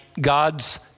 god's